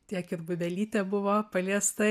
tiek ir bubelytė buvo paliesta